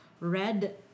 red